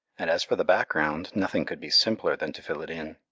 and as for the background, nothing could be simpler than to fill it in.